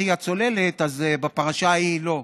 אח"י הצוללת אז בפרשה ההיא לא,